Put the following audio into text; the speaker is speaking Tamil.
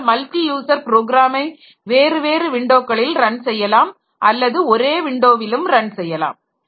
அதனால் மல்டி யூசர் ப்ரோக்ராமை வேறு வேறு விண்டோக்களில் ரன் செய்யலாம் அல்லது ஒரே விண்டோவிலும் ரன் செய்யலாம்